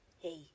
Hey